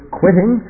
quitting